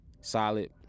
Solid